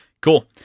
cool